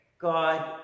God